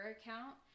account